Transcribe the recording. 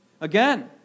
Again